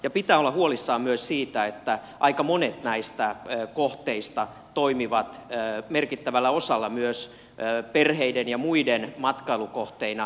ja pitää olla huolissaan myös siitä että aika monet näistä kohteista toimivat merkittävällä osalla myös perheiden ja muiden matkailukohteina